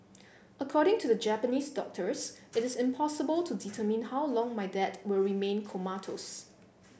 according to the Japanese doctors it is impossible to determine how long my dad will remain comatose